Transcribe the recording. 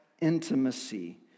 intimacy